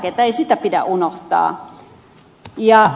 ei sitä pidä unohtaa